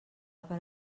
per